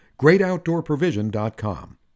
GreatOutdoorProvision.com